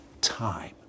time